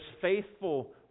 faithful